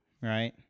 right